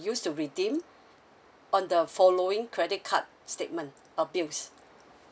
use to redeem on the following credit card statement or bills